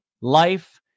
life